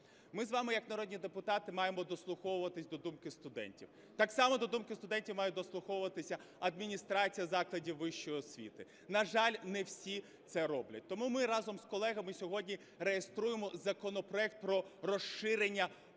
Ми з вами як народні депутати маємо дослуховуватись до думки студентів. Так само до думки студентів має дослуховуватися адміністрація закладів вищої освіти. На жаль, не всі це роблять. Тому ми разом з колегами сьогодні реєструємо законопроект про розширення